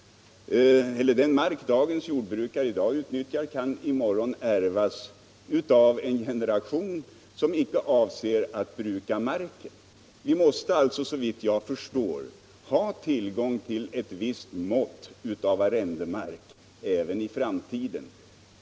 Den mark dagens jordbrukare utnyttjar kan i morgon ärvas av en generation som icke avser att bruka marken. Vi måste alltså, såvitt jag förstår, ha tillgång till en viss areal arrendemark även i framtiden.